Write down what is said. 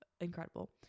incredible